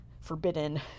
forbidden